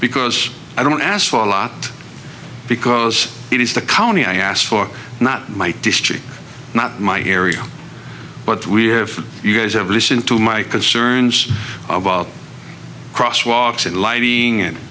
because i don't ask for a lot because it is the county i asked for not my district not my area but we have you guys ever listen to my concerns about crosswalks and lighting and